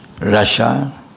Russia